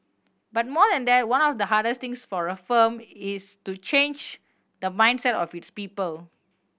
but more than that one of the hardest things for a firm is to change the mindset of its people